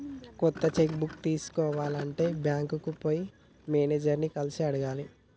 కొత్త cheque book తీసుకోవాలి అంటే బ్యాంకుకు పోయి మేనేజర్ ని కలిసి అడగాలి